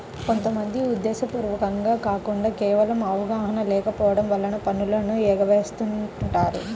కొంత మంది ఉద్దేశ్యపూర్వకంగా కాకుండా కేవలం అవగాహన లేకపోవడం వలన పన్నులను ఎగవేస్తుంటారు